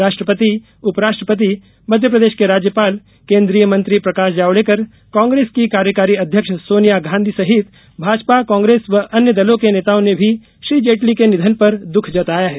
राष्ट्रपति उपराष्ट्रपति मध्य प्रदेश के राज्यपाल केन्द्रीय मंत्री प्रकाश जावड़ेकर कांग्रेस की कार्यकारी अध्यक्ष सोनिया गांधी सहित भाजपा कांग्रेस व अन्य दलों के नेताओं ने भी श्री जेटली के निधन पर दुःख जताया है